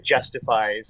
justifies